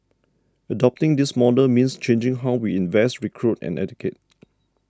adopting this model means changing how we invest recruit and educate